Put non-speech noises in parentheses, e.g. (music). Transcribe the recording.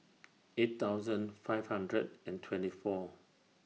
(noise) eight thousand five hundred and twenty four